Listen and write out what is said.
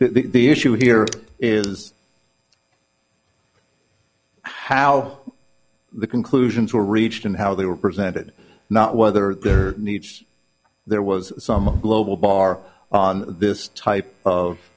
for the issue here is how the conclusions were reached and how they were presented not whether there needs there was some global bar on this type of